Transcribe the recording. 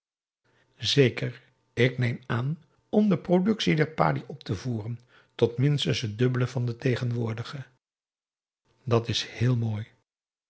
zeker ik neem aan om de productie der padi op te voeren tot minstens het dubbele van de tegenwoordige dat is heel mooi